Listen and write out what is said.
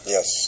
Yes